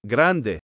Grande